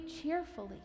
cheerfully